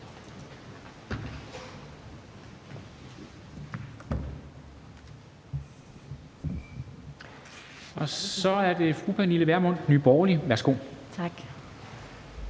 af. Så er det fru Pernille Vermund, Nye Borgerlige. Værsgo. Kl.